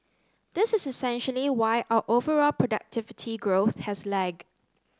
this is essentially why our overall productivity growth has lagged